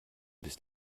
bist